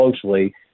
closely